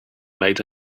made